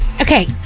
Okay